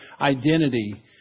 identity